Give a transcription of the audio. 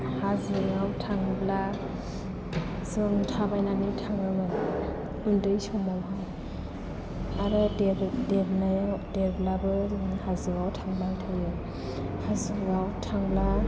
हाजोआव थाङोब्ला जों थाबायनानै थाङोमोन उन्दै समावहाय आरो देरनायाव देरब्लाबो जों हाजोआव थांबाय थायो हाजोआव थांब्ला